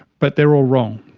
but they're all wrong.